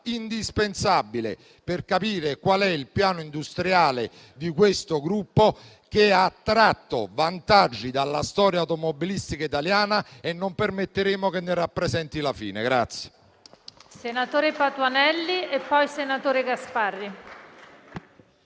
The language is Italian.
indispensabile per capire qual è il piano industriale di questo gruppo, che ha tratto vantaggi dalla storia automobilistica italiana e non permetteremo che ne rappresenti la fine.